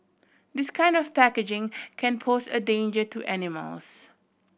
this kind of packaging can pose a danger to animals